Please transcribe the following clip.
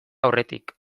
aurretik